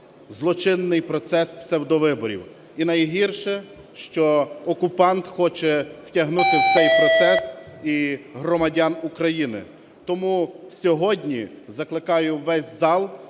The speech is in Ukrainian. злочинний процес псевдовиборів. І найгірше, що окупант хоче втягнути в цей процес і громадян України. Тому сьогодні закликаю весь зал